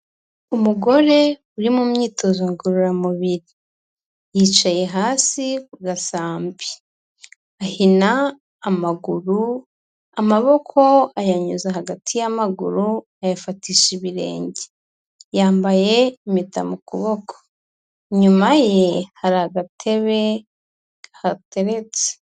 Umugore uri mu myitozo ngororamubiri, yicaye hasi ku gasambi, ahina amaguru, amaboko ayanyuza hagati y'amaguru ayafatisha ibirenge, yambaye impeta mu kuboko, inyuma ye hari agatebe kahateretse.